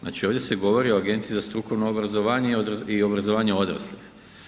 Znači ovdje se govori o Agenciji za strukovno obrazovanje i obrazovanje odraslih.